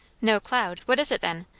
no cloud? what is it then?